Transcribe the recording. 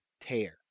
tear